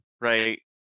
right